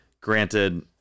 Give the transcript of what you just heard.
Granted